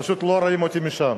פשוט לא רואים אותי משם.